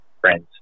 friends